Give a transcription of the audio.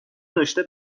داشته